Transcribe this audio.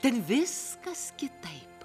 ten viskas kitaip